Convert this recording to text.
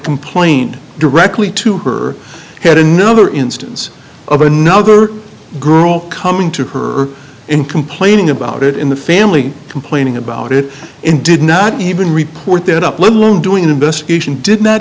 complained directly to her had another instance of another group coming to her and complaining about it in the family complaining about it and did not even report that up let alone doing an investigation did not